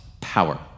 power